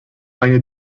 aynı